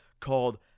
called